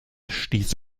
stieß